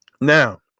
Now